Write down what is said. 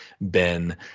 Ben